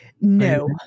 No